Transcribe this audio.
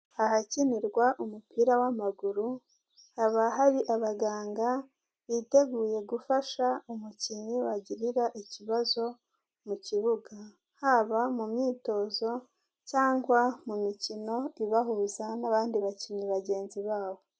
Ahakinirwa umupira w'amaguru haba hari abaganga biteguye gufasha umukinnyi wagirira ikibazo mu kibuga. Haba mu myitozo cyangwa mu mikino ibahuza n'abandi bakinnyi bagenzi babo.